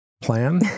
plan